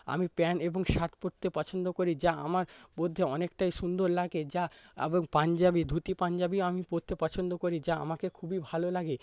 আমি প্যান্ট এবং শার্ট পরতে পছন্দ করি যা আমার মধ্যে অনেকটাই সুন্দর লাগে যা এবং পাঞ্জাবী ধুতি পাঞ্জাবীও আমি পরতে পছন্দ করি যা আমাকে খুবই ভালো লাগে